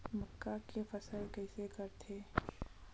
मक्का के फसल कइसे करथे?